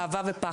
מתוך אהבה ופחד.